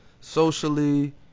socially